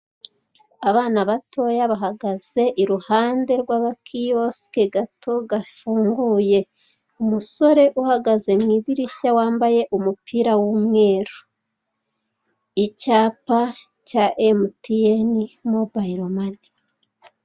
Abana batoya bahagaze iruhande rw'agakoyosike gato gafunguye, umusore uhagaze mu idirishya wambaye umupira w'umweru, icyapa cya emutiyeni mobayilo mani.